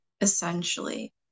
essentially